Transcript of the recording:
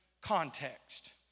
context